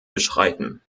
beschreiten